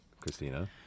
Christina